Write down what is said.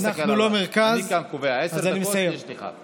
אני כאן קובע, עשר דקות יש לך.